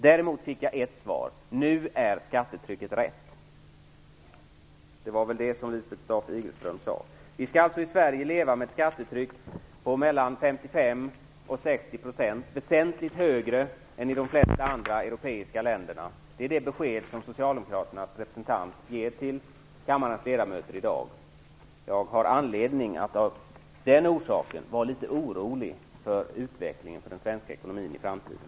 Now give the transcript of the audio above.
Däremot fick jag ett svar: Nu är skattetrycket rätt. Det var väl det som Lisbeth Staaf-Igelström sade? Vi skall alltså i Sverige leva med ett skattetryck på mellan 55 % och 60 %, vilket är väsentligt högre än i de flesta andra europeiska länder. Det är det besked som socialdemokraternas representant ger till kammarens ledamöter i dag. Av den orsaken har jag anledning att vara litet orolig för utvecklingen i den svenska ekonomin i framtiden.